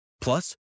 Plus